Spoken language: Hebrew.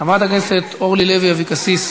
חברת הכנסת אורלי לוי אבקסיס.